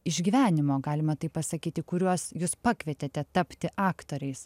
išgyvenimo galima taip pasakyti kuriuos jūs pakvietėte tapti aktoriais